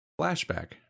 Flashback